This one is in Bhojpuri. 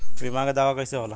बीमा के दावा कईसे होला?